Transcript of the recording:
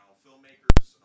Filmmakers